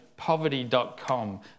Poverty.com